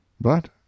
But